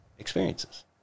Experiences